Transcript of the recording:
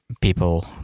people